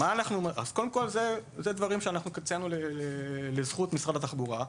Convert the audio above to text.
אלה הדברים שאנחנו ציינו לזכות משרד התחבורה.